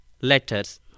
letters